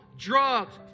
Drugs